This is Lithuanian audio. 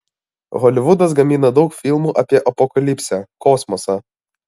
holivudas gamina daug filmų apie apokalipsę kosmosą